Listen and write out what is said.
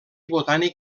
botànic